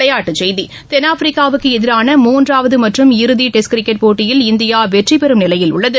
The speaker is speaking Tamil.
விளையாட்டுச் செய்திகள் தென்னாப்பிரிக்காவுக்கு எதிரான மூன்றாவது மற்றும் இறுதி டெஸ்ட் கிரிக்கெட் போட்டியில் இந்தியா வெற்றி பெறும் நிலையில் உள்ளது